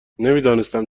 نمیدانستم